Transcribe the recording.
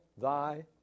thy